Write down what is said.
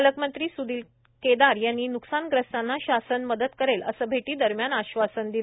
पालकमंत्री केदार यांनी न्कसानग्रस्तांना शासन मदत करेल असं भेटीदरम्यान आश्वासन दिले